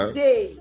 day